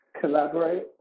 collaborate